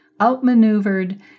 Outmaneuvered